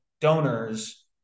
donors